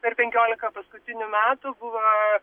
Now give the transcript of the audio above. per penkiolika paskutinių metų buvo